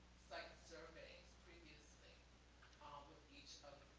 site surveys previously um with each of